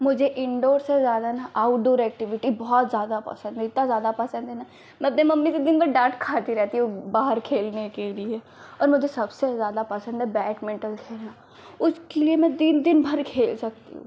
मुझे इनडोर से ज्यादा ना आउटडोर एक्टिविटी बहुत ज़्यादा पसन्द है इतना ज्यादा पसन्द है ना मैं अपनी मम्मी से दिन भर डाँट खाती रहती हूँ बाहर खेलने के लिए और मुझे सबसे ज़्यादा पसन्द है बैडमिन्टन खेलना उसके लिए मैं दिन दिन भर खेल सकती हूँ